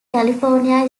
california